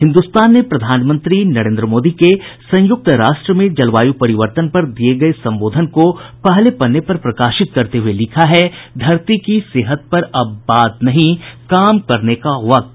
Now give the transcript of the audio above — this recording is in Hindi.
हिन्दुस्तान ने प्रधानमंत्री नरेन्द्र मोदी के संयुक्त राष्ट्र में जलवायु परिवर्तन पर दिये गये संबोधन को पहले पन्ने पर प्रकाशित करते हुए लिखा है धरती की सेहत पर अब बात नहीं काम करने का वक्त